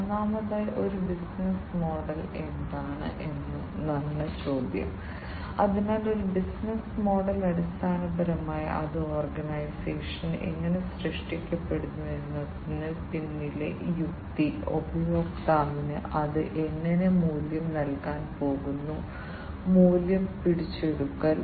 അതിനാൽ വ്യാവസായിക സെൻസിംഗും ആക്ച്വേഷനും ആണ് ഞങ്ങൾ ഇതിൽ ഉൾപ്പെടുത്താൻ പോകുന്നത് അതിനാൽ നമ്മൾ IoT യെ കുറിച്ച് സംസാരിക്കുമ്പോൾ ഒരു റീക്യാപ്പ് പോലെ നമ്മൾ IoT യെക്കുറിച്ചാണ് സംസാരിക്കുന്നതെങ്കിൽ എന്നാൽ വ്യവസായ നിർദ്ദിഷ്ട ആപ്ലിക്കേഷനുകൾ പരിഗണിക്കുക